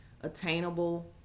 attainable